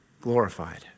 glorified